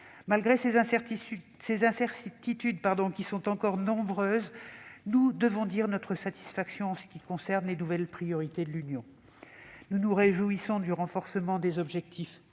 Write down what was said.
Malgré ces incertitudes, qui sont encore nombreuses, nous devons dire notre satisfaction s'agissant des nouvelles priorités de l'Union. Nous nous réjouissons du renforcement des objectifs